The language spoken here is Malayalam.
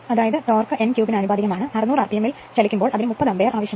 അതായത് ടോർക്ക് n ക്യൂബിന് ആനുപാതികമാണ് 600 ആർപിഎമ്മിൽ ചലിക്കുമ്പോൾ അതിന് 30 ആമ്പിയർ ആവശ്യമാണ്